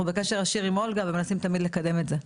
בקשר ישיר עם אולגה ומנסים תמיד לקדם את זה.